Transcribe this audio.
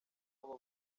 abo